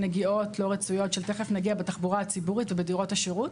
של נגיעות לא רצויות בתחבורה הציבורית ובדירות השירות.